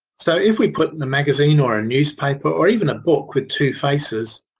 so if we put and a magazine or a newspaper or even a book with two faces.